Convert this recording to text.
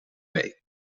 week